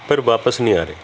ਪਰ ਵਾਪਸ ਨਹੀਂ ਆ ਰਹੇ